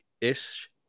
ish